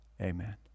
Amen